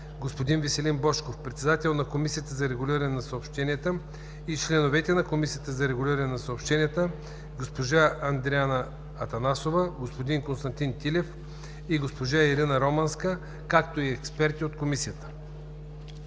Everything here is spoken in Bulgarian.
господин Веселин Божков – председател на Комисията за регулиране на съобщенията, и членовете на Комисията за регулиране на съобщенията – госпожа Андреана Атанасова, господин Константин Тилев и госпожа Ирина Романска, както и експерти от Комисията.